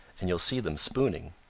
and you'll see them spooning.